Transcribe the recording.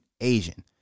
Asian